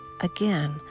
Again